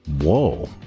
Whoa